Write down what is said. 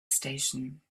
station